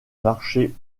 marché